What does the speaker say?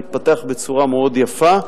מתפתח בצורה מאוד יפה,